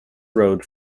road